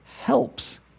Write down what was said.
helps